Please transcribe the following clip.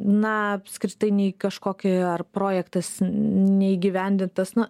na apskritai nei kažkokį ar projektas neįgyvendintas na